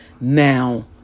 Now